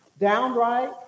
downright